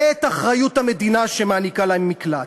ואת אחריות המדינה שמעניקה להם מקלט.